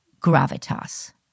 gravitas